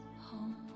Home